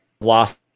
lost